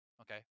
Okay